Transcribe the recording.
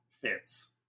fits